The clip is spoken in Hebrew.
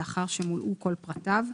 לאחר שמולאו כל פרטיו.